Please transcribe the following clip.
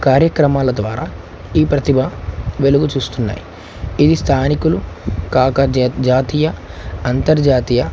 కార్యక్రమాల ద్వారా ఈ ప్రతిభ వెలుగు చూస్తున్నాయి ఇది స్థానికులు కాక జాతీయ అంతర్జాతీయ